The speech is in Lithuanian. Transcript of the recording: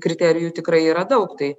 kriterijų tikrai yra daug tai